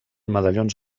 medallons